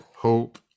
Hope